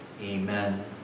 Amen